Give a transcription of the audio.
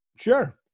Sure